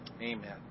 Amen